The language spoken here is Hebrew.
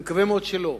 אני מקווה מאוד שלא,